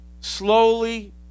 slowly